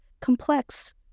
complex